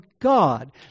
God